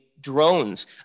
drones